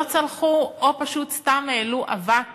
לא צלחו או פשוט סתם העלו אבק